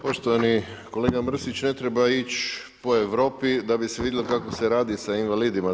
Poštovani kolega Mrsić, ne treba ići po Europi da bi se vidjelo kako se radi s invaliditetima.